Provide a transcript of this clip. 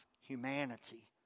humanity